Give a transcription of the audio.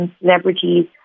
celebrities